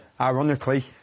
ironically